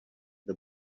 the